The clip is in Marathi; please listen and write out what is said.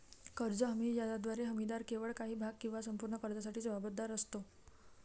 कर्ज हमी ज्याद्वारे हमीदार केवळ काही भाग किंवा संपूर्ण कर्जासाठी जबाबदार असतो